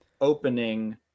opening